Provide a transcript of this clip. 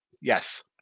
Yes